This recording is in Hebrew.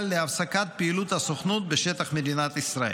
להפסקת פעילות הסוכנות בשטח מדינת ישראל.